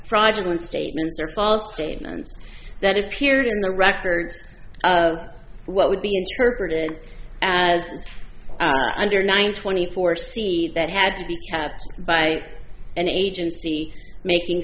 fraudulent statements or false statements that appeared in the records of what would be interpreted as under nine twenty four c that had to be kept by an agency making